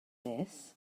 this